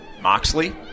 Moxley